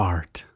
Art